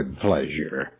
pleasure